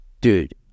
Dude